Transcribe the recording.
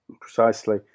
Precisely